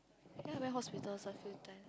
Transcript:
then I went hospitals a few time